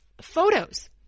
photos